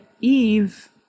Eve